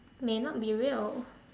may not be real